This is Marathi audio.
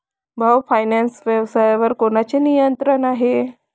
भाऊ फायनान्स व्यवसायावर कोणाचे नियंत्रण आहे?